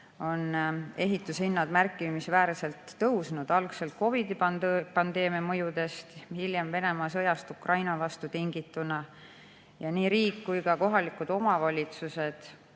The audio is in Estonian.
on ehitushinnad märkimisväärselt tõusnud, algselt COVID-i pandeemia mõjudest, hiljem Venemaa sõjast Ukraina vastu tingituna. Nii riik kui ka kohalikud omavalitsused